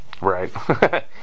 Right